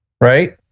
Right